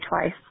twice